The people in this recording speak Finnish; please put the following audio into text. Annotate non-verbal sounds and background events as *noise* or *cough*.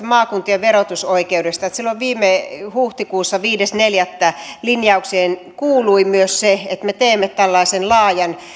*unintelligible* maakuntien verotusoikeudesta että silloin viime huhtikuussa viides neljättä linjaukseen kuului myös se että me teemme tällaisen